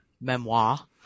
memoir